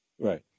Right